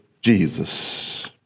Jesus